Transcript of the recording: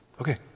okay